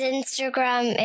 Instagram